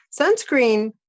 sunscreen